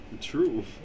True